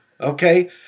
okay